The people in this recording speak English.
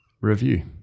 review